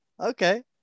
okay